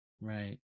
Right